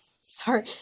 sorry